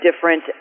different